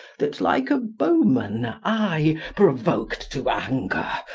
that like a bowman i provoked to anger,